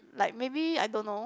like maybe I don't know